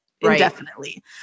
indefinitely